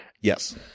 Yes